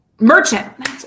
merchant